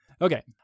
Okay